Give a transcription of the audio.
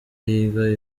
yiga